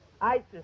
Isis